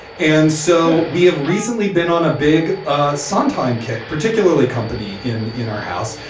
and so we have recently been on a big ah sondheim kick particularly company in in our house.